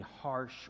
harsh